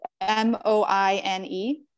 M-O-I-N-E